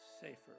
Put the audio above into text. safer